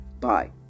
Bye